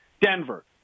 Denver